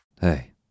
Hey